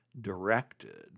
Directed